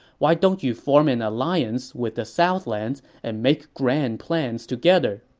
why don't you form an alliance with the southlands and make grand plans together?